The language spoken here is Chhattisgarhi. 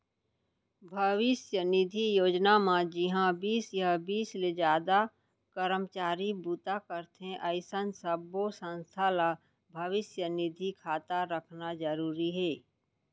भविस्य निधि योजना म जिंहा बीस या बीस ले जादा करमचारी बूता करथे अइसन सब्बो संस्था ल भविस्य निधि खाता रखना जरूरी हे